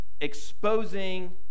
exposing